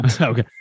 okay